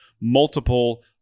multiple